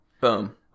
Boom